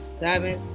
seven